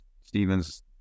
Stevens